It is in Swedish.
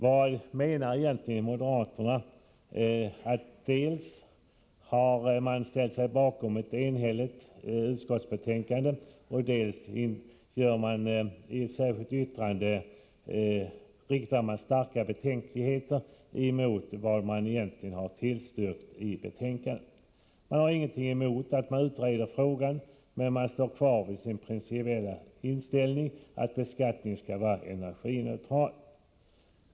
Vad menar egentligen moderaterna? Dels har de ställt sig bakom ett enhälligt utskottsbetänkande, dels uttalar de i ett särskilt yttrande starka betänkligheter mot vad man egentligen tillstyrkt i utskottsbetänkandet. Man har ingenting emot att frågan om beskattningen utreds, men man står kvar vid sin principiella inställning att beskattningen skall vara energineutral.